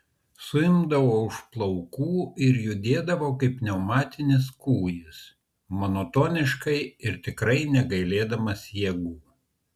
suimdavo už plaukų ir judėdavo kaip pneumatinis kūjis monotoniškai ir tikrai negailėdamas jėgų